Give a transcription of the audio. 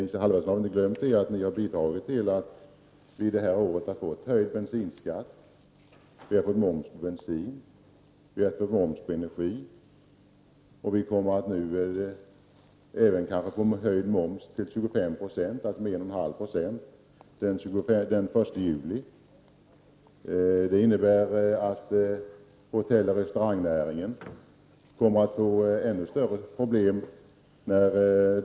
Isa Halvarsson har väl inte glömt att ni har bidragit till att vi detta år har fått höjd bensinskatt, moms på bensin och moms på energi. Vi kommer nu kanske även att få momsen höjd till 25 26, alltså en höjning med 1,5 96, den 1 juli. Härigenom kommer hotelloch restaurangnäringen att få ännu större problem.